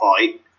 fight